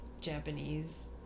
Japanese